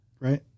right